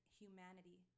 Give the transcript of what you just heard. humanity